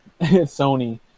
sony